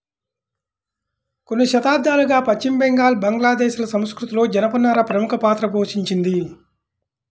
కొన్ని శతాబ్దాలుగా పశ్చిమ బెంగాల్, బంగ్లాదేశ్ ల సంస్కృతిలో జనపనార ప్రముఖ పాత్ర పోషించింది